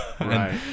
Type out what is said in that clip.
right